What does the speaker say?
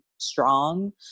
strong